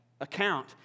account